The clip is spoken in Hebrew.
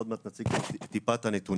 ועוד מעט נציג טיפה את הנתונים.